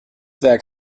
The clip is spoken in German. werk